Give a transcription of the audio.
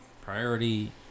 priority